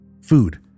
Food